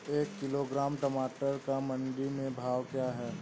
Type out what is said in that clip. एक किलोग्राम टमाटर का मंडी में भाव क्या है?